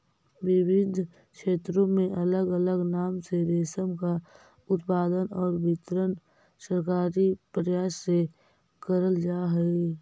विविध क्षेत्रों में अलग अलग नाम से रेशम का उत्पादन और वितरण सरकारी प्रयास से करल जा हई